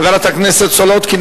חברת הכנסת מרינה סולודקין,